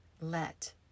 let